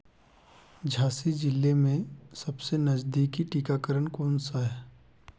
झाँसी जिले में सबसे नज़दीकी टीकाकरण कौन सा है